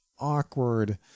awkward